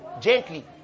gently